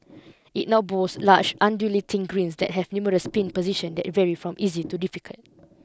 it now boasts large undulating greens that have numerous pin position that vary from easy to difficult